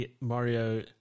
mario